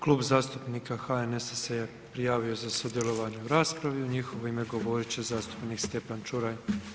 Klub zastupnika HNS-a se prijavio za sudjelovanje u raspravi u njihovo ime govorit će zastupnika Stjepan Čuraj.